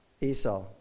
Esau